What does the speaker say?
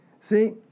See